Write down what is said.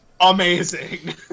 amazing